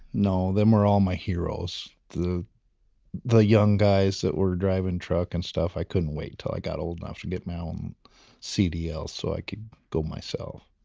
them were all my heroes. the the young guys that were driving trucks and stuff. i couldn't wait til i got old enough to get my um cdl so i could go myself.